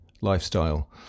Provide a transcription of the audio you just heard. lifestyle